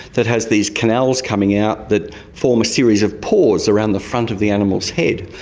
that has these canals coming out that form a series of pores around the front of the animal's head,